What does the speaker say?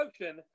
motion